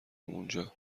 اونجا